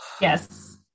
yes